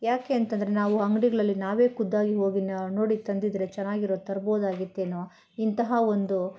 ಏಕೆ ಅಂತಂದ್ರೆ ನಾವು ಅಂಗ್ಡಿಗಳಲ್ಲಿ ನಾವೇ ಖುದ್ದಾಗಿ ಹೋಗಿ ನೋಡಿ ತಂದಿದ್ರೆ ಚೆನ್ನಾಗಿರೋದು ತರಬೌದಾಗಿತ್ತೇನೋ ಇಂತಹ ಒಂದು